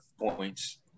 points